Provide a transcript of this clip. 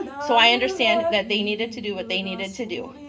so i understand that they needed to do what they needed to do,